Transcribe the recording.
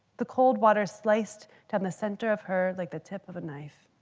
the cold water sliced down the center of her like the tip of a knife.